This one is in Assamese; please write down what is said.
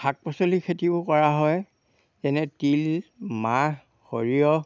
শাক পাচলি খেতিবোৰ কৰা হয় যেনে তিল মাহ সৰিয়হ